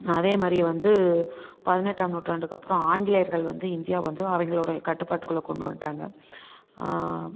அதேமாதிரி வந்து பதினெட்டாம் நூற்றாண்டுக்கு அப்புறம் ஆங்கிலேயர்கள் வந்து இந்தியாவை வந்து அவங்களோட கட்டுப்பாட்டுக்குள்ள கொண்டு வந்துட்டாங்க